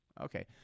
Okay